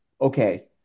Okay